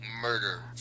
murder